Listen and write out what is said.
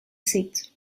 seats